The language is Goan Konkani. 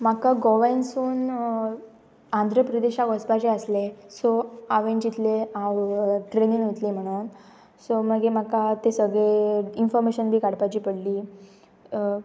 म्हाका गोव्यानसून आंध्र प्रदेशाक वचपाचे आसले सो हांवेन जितले हांव ट्रेनीन वतली म्हणून सो मागीर म्हाका ते सगळें इनफोर्मेशन बी काडपाची पडली